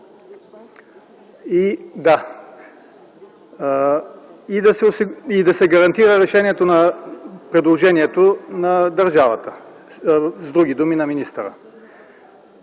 и да се гарантира решението на предложението на държавата, с други думи – на министъра.